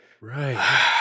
right